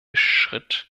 schritt